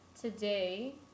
today